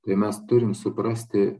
tai mes turim suprasti